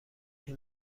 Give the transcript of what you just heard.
این